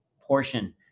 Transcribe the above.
portion